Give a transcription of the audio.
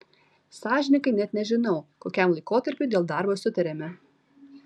sąžiningai net nežinau kokiam laikotarpiui dėl darbo sutarėme